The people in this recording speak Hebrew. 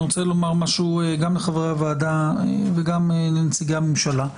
אני רוצה לומר משהו גם לחברי הוועד הוגם לנציגי הממשלה: